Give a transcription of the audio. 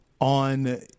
on